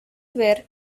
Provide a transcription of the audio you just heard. were